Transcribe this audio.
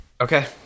okay